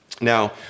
Now